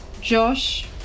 Josh